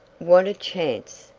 what a chance!